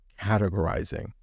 categorizing